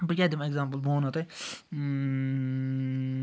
بہٕ کیٛاہ دِمہٕ ایٚگزامپٕل بہٕ ونو تۄہہِ